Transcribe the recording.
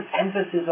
emphasis